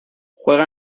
juega